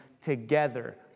together